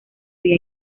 vía